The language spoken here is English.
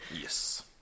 Yes